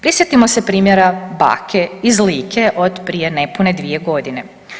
Prisjetimo se primjera bake iz Like od prije nepune dvije godine.